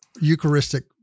Eucharistic